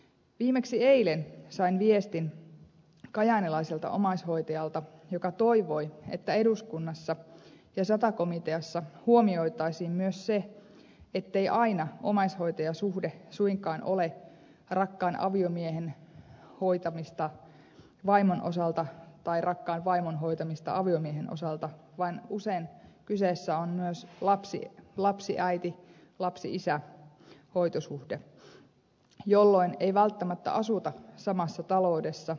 viimeksi eilen sain viestin kajaanilaiselta omaishoitajalta joka toivoi että eduskunnassa ja sata komiteassa huomioitaisiin myös se että omaishoitajasuhde ei suinkaan aina ole rakkaan aviomiehen hoitamista vaimon osalta tai rakkaan vaimon hoitamista aviomiehen osalta vaan usein kyseessä on myös lapsiäiti lapsiisä hoitosuhde jolloin ei välttämättä asuta samassa taloudessa